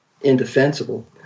indefensible